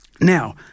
Now